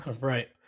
Right